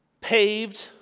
paved